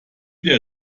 der